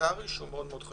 פרלמנטרי שהוא חשוב מאוד.